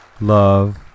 Love